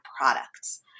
products